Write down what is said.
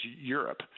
Europe